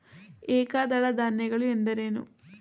ಏಕದಳ ಧಾನ್ಯಗಳು ಎಂದರೇನು?